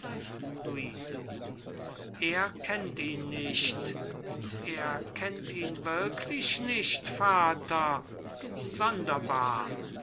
luise er kennt ihn nicht er kennt ihn wirklich nicht vater sonderbar